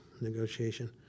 negotiation